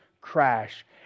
crash